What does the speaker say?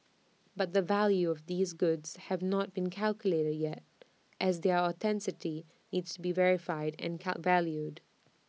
but the value of these goods have not been calculated yet as their authenticity need to be verified and cut valued